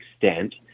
extent